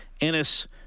Ennis